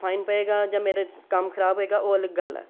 fine ਪਏਗਾ ਜਾਂ ਮੇਰੇ ਕੰਮ ਖ਼ਰਾਬ ਹੋਏਗਾ ਉਹ ਅਲੱਗ ਗੱਲ ਹੈ